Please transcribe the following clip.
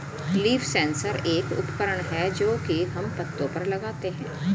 leaf sensor एक उपकरण है जो की हम पत्तो पर लगाते है